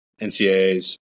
NCAAs